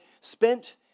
spent